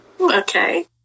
Okay